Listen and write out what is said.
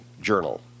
Journal